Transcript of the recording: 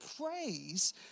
praise